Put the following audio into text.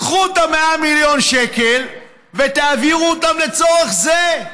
קחו את ה-100 מיליון שקל, ותעבירו אותם לצורך זה.